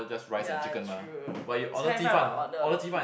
ya true cai fan must order a lot